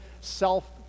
self